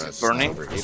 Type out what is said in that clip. Burning